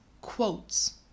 quotes